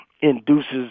induces